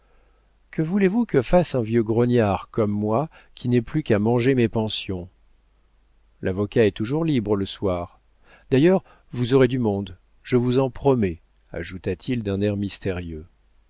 que voulez-vous que fasse un vieux grognard comme moi qui n'ai plus qu'à manger mes pensions l'avocat est toujours libre le soir d'ailleurs vous aurez du monde je vous en promets ajouta-t-il d'un air mystérieux